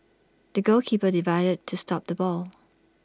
the goalkeeper dived to stop the ball